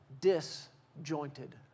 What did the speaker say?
disjointed